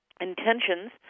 intentions